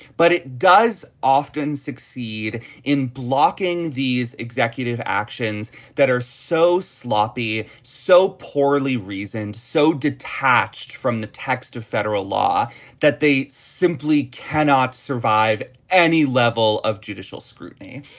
but it does often succeed in blocking these executive actions that are so sloppy so poorly reasoned so detached from the text of federal law that they simply cannot survive any level of judicial scrutiny.